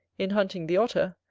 in hunting the otter,